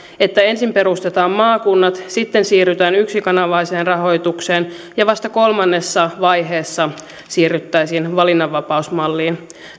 että ensin perustetaan maakunnat sitten siirrytään yksikanavaiseen rahoitukseen ja vasta kolmannessa vaiheessa siirryttäisiin valinnanvapausmalliin